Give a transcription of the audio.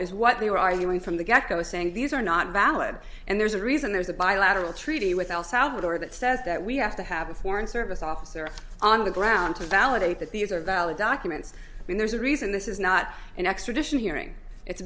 is what they were arguing from the get go saying these are not valid and there's a reason there's a bilateral treaty with el salvador that says that we have to have a foreign service officer on the ground to validate that these are valid documents i mean there's a reason this is not an extradition hearing it's